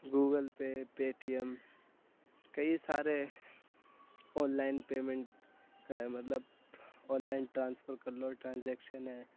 Google pay Paytm کئی سارے online payment کا مطلب آن لائن ٹرانسفر کر لو ٹرانزیکشن ہے